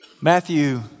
Matthew